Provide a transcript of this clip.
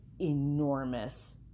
enormous